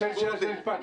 תשאלי של משפט,